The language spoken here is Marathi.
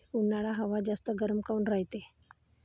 उन्हाळ्यात हवा जास्त गरम काऊन रायते?